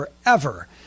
forever